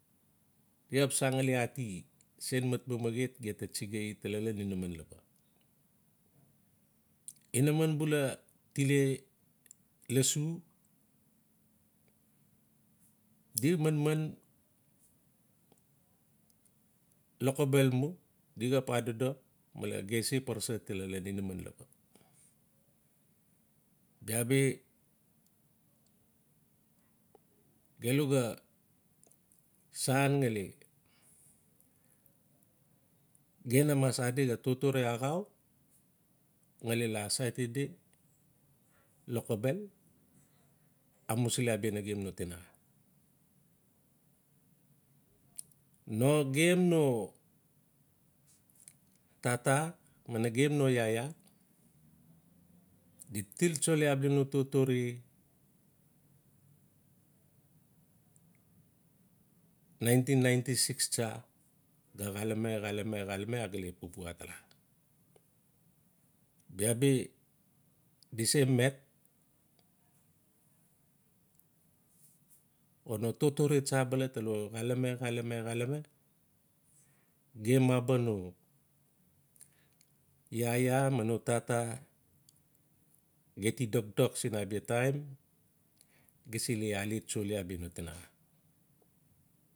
Ge xap san ngali ati sen mat maamahet gem ta tsigai tala ian inaman laba. Inaman bula tile lossu di manman lokobel mu di xap adodo male ge se parasa atala nan inaman laba. bia bi gelu ga san ngali ge na mas adi xa totore axau ngali la asaiti di lokobel amusili abia nagem no tinaxa. Nagem no tata ma nagem no iaia di tiltsoli no totore nineteen ninety six tsa. Ga xalame-xalame gale papua atala. Biabi di se met o no totore tsa ta lo xalame-xalame-xalame. Gem maba no iaia ma no tata ga ti dokdok siin taim. ge se alet tsoli abia no tinaxa.